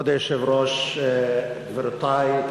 חבל, יש מסורת שגפני אחרי,